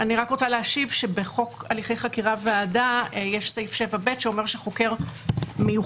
אני רק רוצה להשיב שבחוק הליכי חקירה והעדה יש סעיף 7ב שאומר שחוקר מיוחד